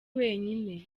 wenyine